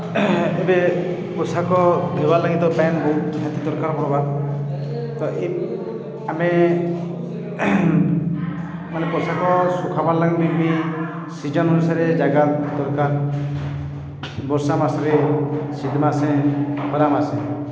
ଏବେ ପୋଷାକ ଧୁଇବାର୍ ଲାଗି ତ ପାଏନ୍ ବହୁତ୍ ନିହାତି ଦର୍କାର୍ ପଡ଼୍ବା ତ ଏ ଆମେ ମାନେ ପୋଷାକ ଶୁଖ୍ବାର୍ ଲାଗି ବି ବି ସିଜନ୍ ଅନୁସାରେ ଜାଗା ଦର୍କାର୍ ବର୍ଷା ମାସ୍ରେ ଶୀତମାସେ ଖରା ମାସେ